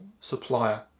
supplier